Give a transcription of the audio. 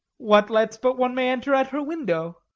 what lets but one may enter at her window?